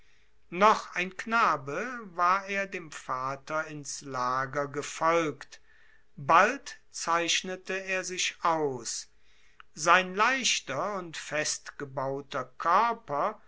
noch ein knabe war er dem vater ins lager gefolgt bald zeichnete er sich aus sein leichter und festgebauter koerper